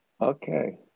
Okay